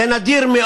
אדוני,